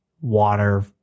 water